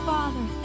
Father